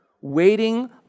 waiting